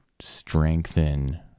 strengthen